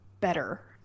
better